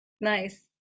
Nice